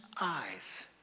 eyes